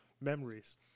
memories